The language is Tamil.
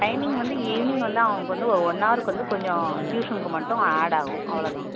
டைமிங் வந்து ஈவினிங் வந்து அவனுக்கு வந்து ஒரு ஒன் ஹார்க்கு வந்து கொஞ்சம் டியூசனுக்கு மட்டும் ஆட் ஆகும் அவ்வளோதான்